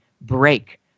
break